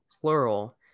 plural